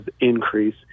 increase